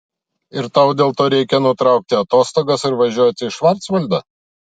ir tau dėl to reikia nutraukti atostogas ir važiuoti į švarcvaldą